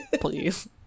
Please